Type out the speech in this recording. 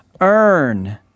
earn